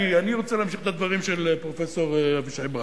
אני רוצה להמשיך את הדברים של פרופסור אבישי ברוורמן.